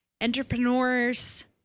entrepreneurs